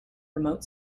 remote